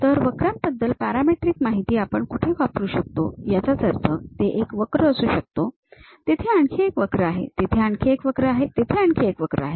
तर वक्रांबद्दलची पॅरामेट्रिक माहिती आपण कुठे वापरू शकतो याचाच अर्थ तेथे एक वक्र असू शकतो तेथे आणखी एक वक्र आहे तेथे आणखी एक वक्र आहे तेथे आणखी एक वक्र आहे